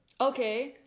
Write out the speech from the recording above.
Okay